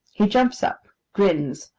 he jumps up, grins,